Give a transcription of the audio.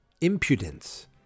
Impudence